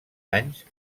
anys